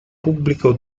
pubblico